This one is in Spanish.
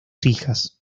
hijas